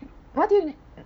what didn't